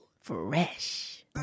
Fresh